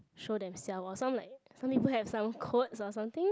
show themselves or some like some people have some quotes or something